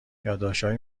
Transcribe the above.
یادداشتهای